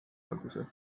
alguse